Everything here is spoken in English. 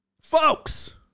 folks